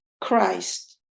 Christ